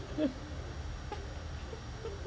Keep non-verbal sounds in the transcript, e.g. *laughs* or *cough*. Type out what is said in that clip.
*laughs*